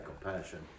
compassion